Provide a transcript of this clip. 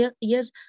years